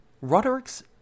Roderick's